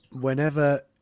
whenever